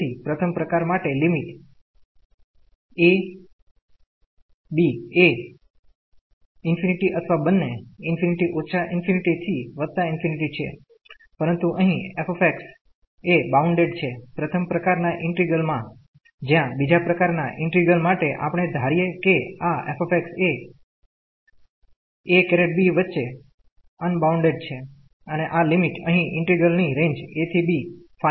તેથી પ્રથમ પ્રકાર માટે લિમિટ a ∨ b એ ∞ અથવા બન્ને ∞−∞ થી ∞ છે પરંતુ અહી f x એ બાઉન્ડેડ છે પ્રથમ પ્રકાર ના ઈન્ટિગ્રલ મા જ્યાં બીજા પ્રકાર ના ઈન્ટિગ્રલ માટે આપણે ધારીયે કે આ f એ a ∧ b વચ્ચે અનબાઉન્ડેડછે અને આ લિમિટ અહી ઈન્ટિગ્રલ ની રેન્જ a ¿ b ફાયનાઈટ છે